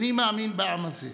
אני מאמין בעם הזה.